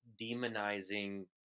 demonizing